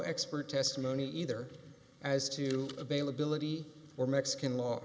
expert testimony either as to availability or mexican law